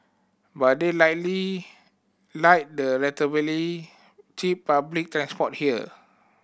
but they likely like the relatively cheap public transport here